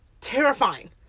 Terrifying